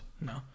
No